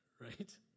right